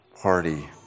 party